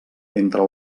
entre